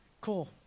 Cool